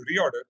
reorder